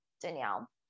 Danielle